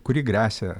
kuri gresia